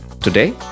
Today